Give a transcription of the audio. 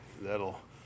that'll